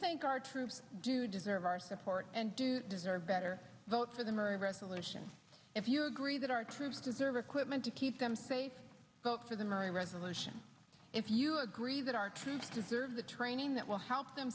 think our troops do deserve our support and do deserve better vote for them or a resolution if you agree that our troops deserve equipment to keep them safe for them or a resolution if you agree that are to preserve the training that will help them